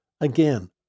again